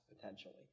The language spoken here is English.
potentially